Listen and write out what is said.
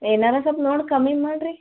ಏನಾದ್ರು ಸೊಲ್ಪ ನೋಡಿ ಕಮ್ಮಿ ಮಾಡಿರಿ